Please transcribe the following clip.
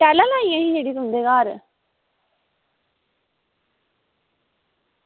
टाइलां लाइयां हियां जेह्ड़ियां तुंदे घर